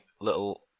little